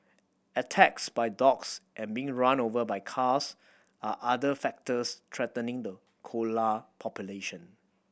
attacks by dogs and being run over by cars are other factors threatening the koala population